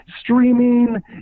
streaming